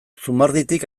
zumarditik